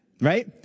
right